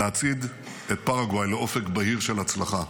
להצעיד את פרגוואי לאופק בהיר של הצלחה.